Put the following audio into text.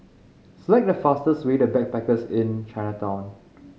select the fastest way to Backpackers Inn Chinatown